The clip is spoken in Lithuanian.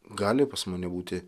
gali pas mane būti